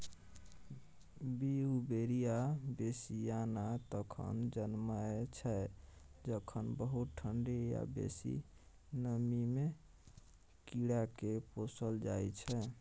Beauveria bassiana तखन जनमय छै जखन बहुत ठंढी या बेसी नमीमे कीड़ाकेँ पोसल जाइ छै